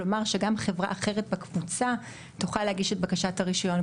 כלומר שגם חברה אחרת בקבוצה תוכל להגיש את בקשת הרישיון.